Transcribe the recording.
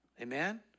Amen